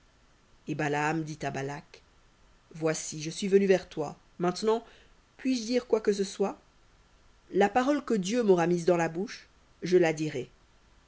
et balaam dit à balak voici je suis venu vers toi maintenant puis-je dire quoi que ce soit la parole que dieu m'aura mise dans la bouche je la dirai